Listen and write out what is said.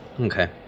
Okay